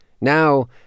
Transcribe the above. Now